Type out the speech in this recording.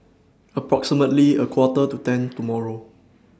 approximately A Quarter to ten tomorrow